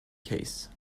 case